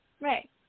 Right